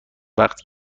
وقت